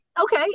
Okay